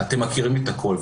אתם מכירים את הכול.